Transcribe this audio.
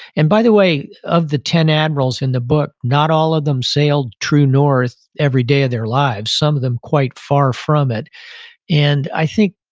and by the way, of the ten admirals in the book, not all of them sailed true north every day of their lives. some of them quite far from it and i think,